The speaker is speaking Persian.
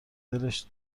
دلش